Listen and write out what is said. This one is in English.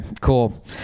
cool